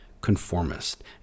conformist